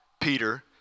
Peter